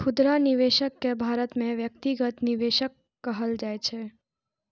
खुदरा निवेशक कें भारत मे व्यक्तिगत निवेशक कहल जाइ छै